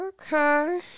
Okay